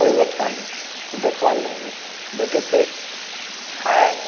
परिवर्तन देखबा लेल भेटैत अछि आइ